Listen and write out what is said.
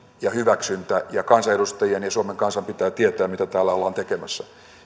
ja hyväksyntä ja kansanedustajien ja suomen kansan pitää tietää mitä täällä ollaan tekemässä